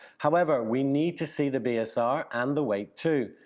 however, we need to see the bsr and the weight, too,